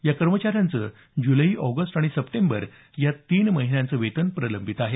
या कर्मचाऱ्यांचं जुलै ऑगस्ट आणि सप्टेंबर या तीन महिन्यांचं वेतन प्रलंबित आहे